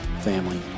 family